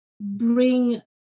bring